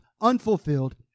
unfulfilled